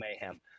mayhem